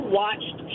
watched